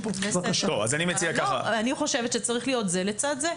אני חושבת שצריך להיות זה לצד זה.